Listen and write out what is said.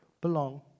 Belong